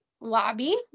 lobby